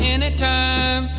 Anytime